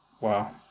Wow